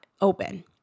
open